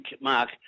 mark